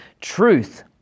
truth